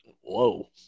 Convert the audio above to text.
Whoa